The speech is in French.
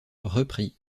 repris